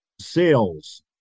sales